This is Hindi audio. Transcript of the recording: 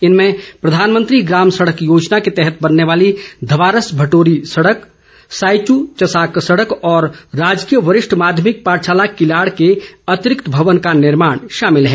इनमें प्रधानमंत्री ग्राम सड़क योजना के तहत बनने वाली धवारस भटोरी सड़क साईचू चसाक सड़क और राजकीय वरिष्ठ माध्यमिक पाठशाला किलाड़ के अतिरिक्त भवन का निर्माण शामिल है